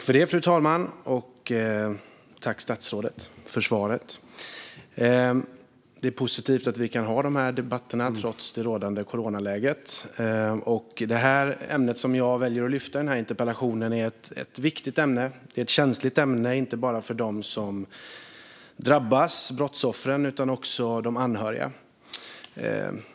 Fru talman! Jag tackar statsrådet för svaret. Det är positivt att vi kan ha de här debatterna trots det rådande coronaläget. Det ämne som jag väljer att lyfta fram i interpellationen är viktigt. Det är ett känsligt ämne, inte bara för dem som drabbas, brottsoffren, utan också för de anhöriga.